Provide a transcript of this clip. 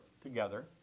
together